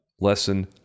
Lesson